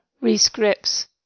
re-scripts